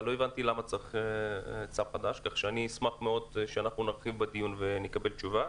ולא הבנתי למה צריך צו חדש כך שאשמח מאוד שנרחיב בדיון ואקבל תשובה.